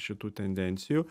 šitų tendencijų